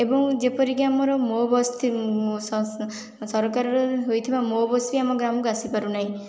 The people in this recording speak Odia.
ଏବଂ ଯେପରିକି ଆମର ମୋ ବସ ସରକାରର ହୋଇଥିବା ମୋ ବସ ବି ଆମ ଗ୍ରାମକୁ ଆସିପାରୁନାହିଁ